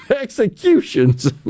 executions